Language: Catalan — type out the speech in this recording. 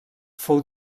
fou